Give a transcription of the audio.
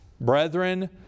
Brethren